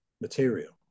material